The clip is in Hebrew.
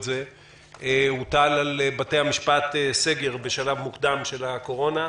זה הוטל על בתי המשפט סגר בשלב מוקדם של הקורונה.